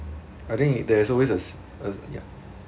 I think there is always s~ ya